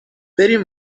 بریم